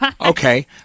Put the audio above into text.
Okay